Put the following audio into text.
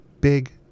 big